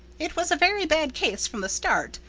it was a very bad case from the start.